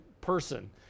person